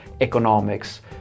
economics